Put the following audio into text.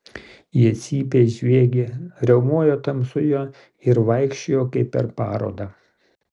jie cypė žviegė riaumojo tamsoje ir vaikščiojo kaip per parodą